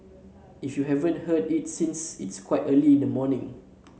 if you haven't heard it since it's quite early in the morning